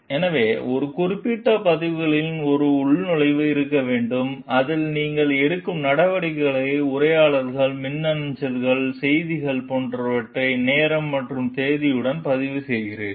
எனவே அது குறிப்பிடும் பதிவுகளில் ஒரு உள்நுழைவு இருக்க வேண்டும் அதில் நீங்கள் எடுக்கும் நடவடிக்கைகளை உரையாடல்கள் மின்னஞ்சல்கள் செய்திகள் போன்றவற்றை நேரம் மற்றும் தேதியுடன் பதிவுசெய்கிறீர்கள்